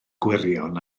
gwirion